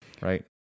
Right